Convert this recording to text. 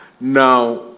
Now